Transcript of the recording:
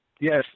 Yes